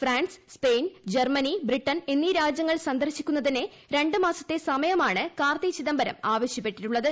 France Spain Germany Britain എന്നീ രാജ്യങ്ങൾ സന്ദർശിക്കുന്നതിന് രുണ്ട് മാസത്തെ സമയമാണ് കാർത്തി ചിദംബരം ആവശ്യപ്പെട്ടിട്ടുള്ളത്